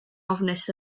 ofnus